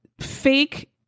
fake